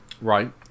Right